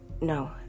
No